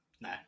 No